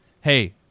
Hey